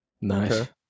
Nice